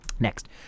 next